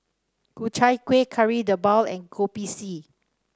Ku Chai Kuih Kari Debal and Kopi C